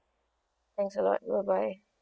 thanks a lot bye bye